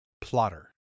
Plotter